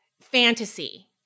fantasy